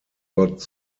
got